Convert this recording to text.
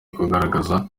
ukugaragaza